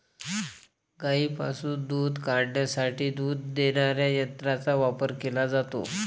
गायींपासून दूध काढण्यासाठी दूध देणाऱ्या यंत्रांचा वापर केला जातो